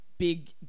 big